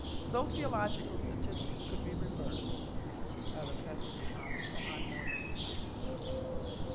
sociological statistics could be reversed by the presence of fathers. so i'm more than excited about being here.